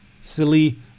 silly